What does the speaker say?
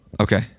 Okay